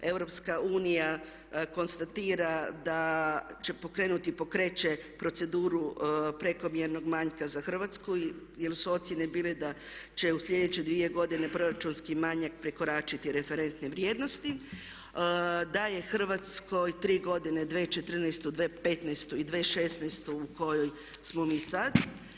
Europska unija konstatira da će pokrenuti i pokreće proceduru prekomjernog manjka za Hrvatsku jer su ocjene bile da će u sljedeće 2 godine proračunski manjak prekoračiti referentne vrijednosti. da je Hrvatskoj 3 godine 2014. u 2015. i 2016. u kojoj smo mi sad.